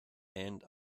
and